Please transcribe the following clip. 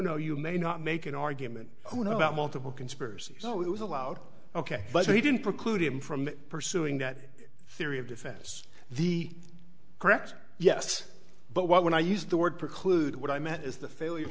no you may not make an argument who knows about multiple conspiracies so it was allowed ok but they didn't preclude him from pursuing that theory of defense the correct yes but when i used the word preclude what i meant is the failure